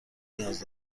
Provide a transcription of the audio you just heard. نیاز